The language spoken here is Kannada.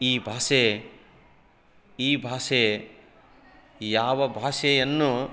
ಈ ಭಾಷೆ ಈ ಭಾಷೆ ಯಾವ ಭಾಷೆಯನ್ನು